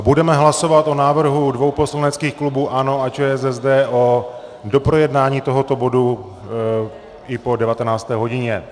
Budeme hlasovat o návrhu dvou poslaneckých klubů ANO a ČSSD o doprojednání tohoto bodu i po 19. hodině.